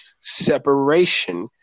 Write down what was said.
separation